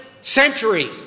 century